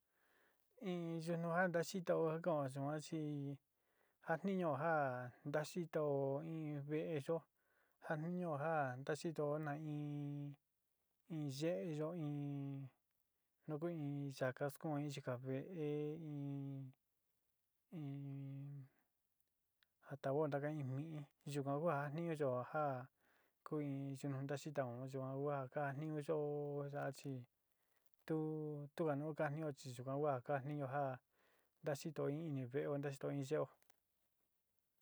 Iin yuu no'a naxhitó okon yikuán xhii jan ni ño'ón ján, ndaxhitón iin vée yó, jan ni ño'ó jan ndaxhitó na'á iin iin yé yo'ó iin nuko iin ya'á kaxko iin xhika'a vée, iin iin ataguo ndaka iin mi'í yukua kua ha niño yikua jua kuu iin yuu nanda xhitaón yikuan ngua ka'a niñon yo'ó yachí, tuu tunga no kanioxhii yuu ka'a hua ka'a niño nja'a ndaxhito ini véo ndaxhito iin ye'ó.